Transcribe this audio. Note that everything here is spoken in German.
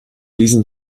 diesen